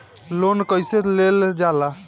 Loan कईसे लेल जाला?